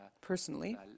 personally